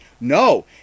No